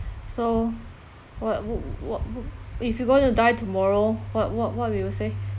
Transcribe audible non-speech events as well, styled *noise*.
so what would what *noise* would if you're going to die tomorrow what what what will you say